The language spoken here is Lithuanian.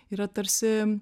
yra tarsi